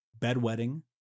bedwetting